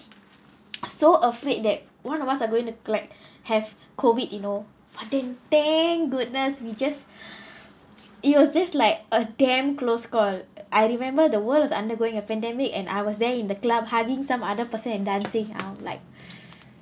so afraid that one of us are going to like have COVID you know but then thank goodness we just it was just like a damn close call I remember the world as undergoing a pandemic and I was there in the club hugging some other person and dancing I was like